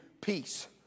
Peace